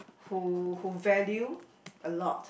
who who value a lot